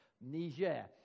Niger